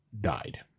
died